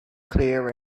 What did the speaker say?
clear